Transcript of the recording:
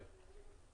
ברור לגמרי.